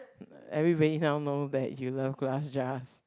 everybody kind of knows that you love glass jars